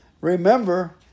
remember